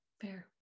fair